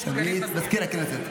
הוא לא נקב בשמך, ונתתי לך בכל זאת.